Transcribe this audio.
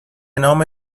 نام